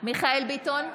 ביטון,